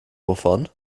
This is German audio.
wovon